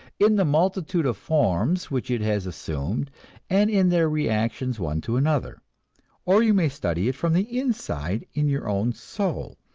in the multitude of forms which it has assumed and in their reactions one to another or you may study it from the inside in your own soul,